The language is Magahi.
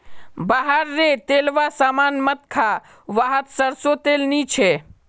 बाहर रे तेलावा सामान मत खा वाहत सरसों तेल नी छे